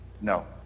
no